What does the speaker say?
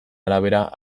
arabera